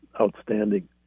outstanding